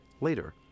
Later